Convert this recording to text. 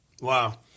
Wow